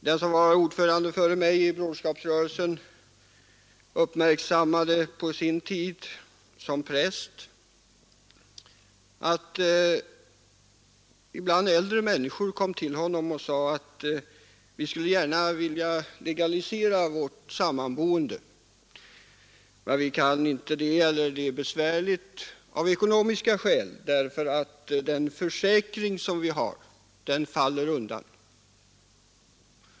Den som var ordförande före mig i Broderskapsrörelsen upplevde på sin tid som präst att äldre människor ibland kom till honom och sade: Vi skulle gärna vilja legalisera vårt samboende, men vi kan inte det, eller det är besvärligt av ekonomiska skäl, därför att den försäkring som vi har då faller undan.